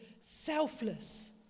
selfless